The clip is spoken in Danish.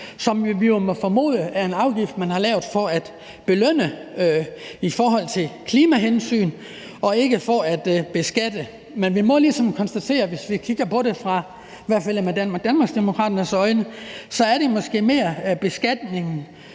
som vi må formode er en afgift, man har lavet for at belønne klimahensyn og ikke for at beskatte. Men vi må ligesom konstatere, i hvert fald hvis vi kigger på det med Danmarksdemokraternes øjne, at det måske mere er beskatningen,